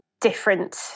different